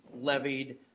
levied